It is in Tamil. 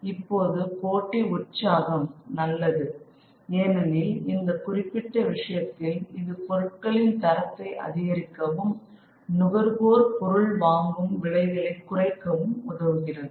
இப்போது போட்டி உற்சாகம் நல்லது ஏனெனில் இந்த குறிப்பிட்ட விஷயத்தில் இது பொருட்களின் தரத்தை அதிகரிக்கவும் நுகர்வோர் பொருள் வாங்கும் விலைகளை குறைக்கவும் உதவுகிறது